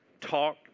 Talk